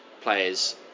players